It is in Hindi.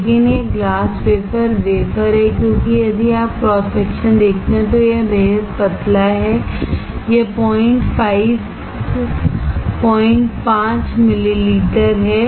लेकिन यह ग्लास वेफर वेफर है क्योंकि यदि आप क्रॉस सेक्शन देखते हैं तो यह बेहद पतला है यह 05 मिलीमीटर है